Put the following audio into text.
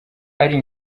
ari